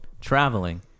traveling